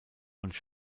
und